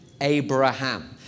Abraham